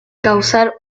causar